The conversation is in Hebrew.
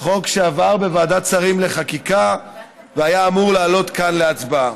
חוק שעבר בוועדת שרים לחקיקה והיה אמור לעלות כאן להצבעה.